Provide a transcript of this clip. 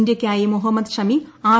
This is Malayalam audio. ഇന്ത്യയ്ക്കായി മുഹമ്മദ് ഷമി ആർ